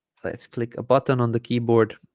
let's click a button on the keyboard